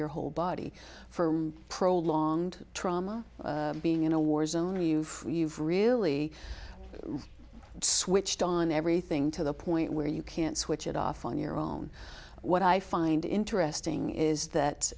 your whole body for prolonged trauma being in a war zone or you've you've really switched on everything to the point where you can't switch it off on your own what i find interesting is that